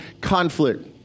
conflict